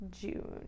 June